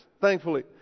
thankfully